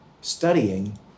studying